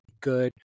good